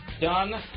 done